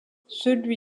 celui